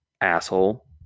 asshole